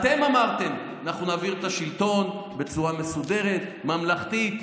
אנחנו נעביר את השלטון בצורה מסודרת וממלכתית.